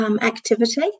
activity